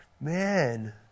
man